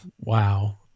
Wow